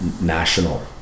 national